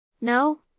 No